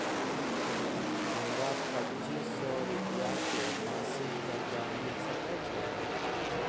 हमरा पच्चीस सौ रुपिया के मासिक कर्जा मिल सकै छै?